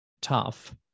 tough